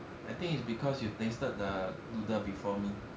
I think it's because you tasted the noodle before me